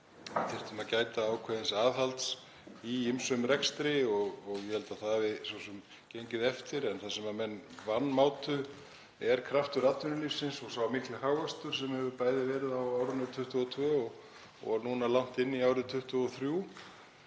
við þyrftum að gæta ákveðins aðhalds í ýmsum rekstri og ég held að það hafi svo sem gengið eftir. Það sem menn vanmátu er kraftur atvinnulífsins og sá mikli hagvöxtur sem hefur bæði verið á árinu 2022 og núna langt inn í árið 2023.